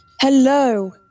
Hello